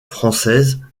française